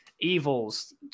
evils